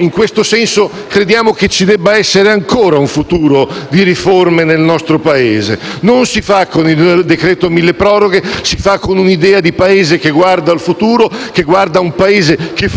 in questo senso crediamo che ci debba essere ancora un futuro di riforme nel nostro Paese. Non si fa con il decreto milleproroghe, si fa con un'idea di Paese che guarda al futuro, ad un Paese che funziona